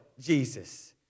Jesus